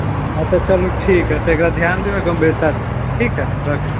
अच्छा चलू ठीक है तऽ एकरा ध्यान देबै गंभीरता सऽ ठीक है सर राखू